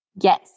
yes